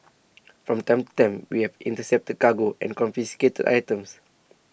from time to time we have intercepted cargo and confiscated items